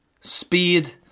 speed